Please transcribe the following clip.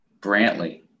Brantley